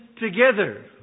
together